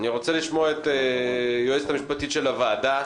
אני רוצה לשמוע את היועצת המשפטית של הוועדה,